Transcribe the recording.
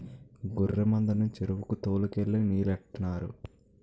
గొర్రె మందని చెరువుకి తోలు కెళ్ళి నీలెట్టినారు